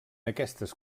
aquestes